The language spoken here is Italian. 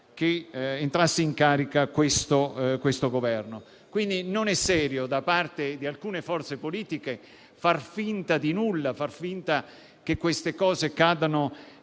che entrasse in carica questo Governo. Non è serio da parte di alcune forze politiche far finta di nulla o che queste cose cadano